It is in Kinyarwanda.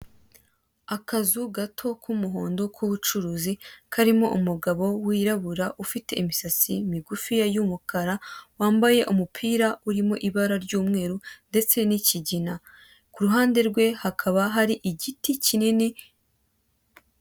Akazu gato k'umuhondo k'ubucuruzi karimo umugabo wirabura ufite imisatsi migufiya y'umukara, wambaye umupira urimo ibara ry'umweru ndetse n'ikigina, ku ruhande rwe hakaba hari igiti kinini.